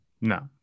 No